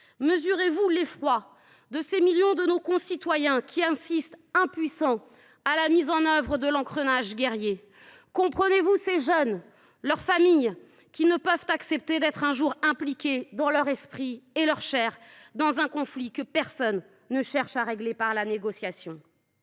mesurez vous l’effroi de ces millions de nos concitoyens qui assistent impuissants à la mise en mouvement de l’engrenage guerrier ? Comprenez vous ces jeunes et ces familles qui ne peuvent accepter d’être un jour impliqués en esprit et en chair dans un conflit que personne ne cherche à régler par la négociation ?